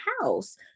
house